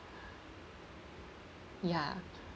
ya